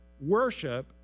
worship